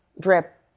drip